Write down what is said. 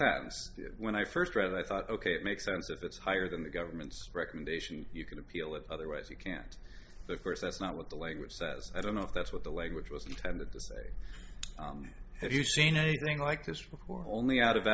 sadness when i first read it i thought ok it makes sense if it's higher than the government's recommendation you can appeal it otherwise you can't of course that's not what the language says i don't know if that's what the language was intended to say have you seen anything like this before only out of